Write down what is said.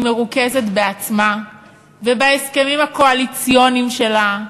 מרוכזת בעצמה ובהסכמים הקואליציוניים שלה,